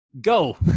go